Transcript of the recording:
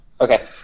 Okay